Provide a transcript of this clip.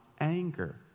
anger